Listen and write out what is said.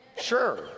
Sure